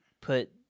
put